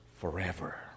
forever